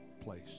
place